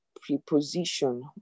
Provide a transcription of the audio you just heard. preposition